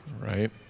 right